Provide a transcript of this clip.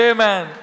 Amen